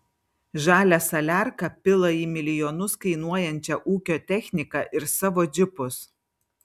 žalią saliarką pila į milijonus kainuojančią ūkio techniką ir savo džipus